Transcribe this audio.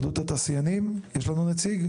יש פה מישהו?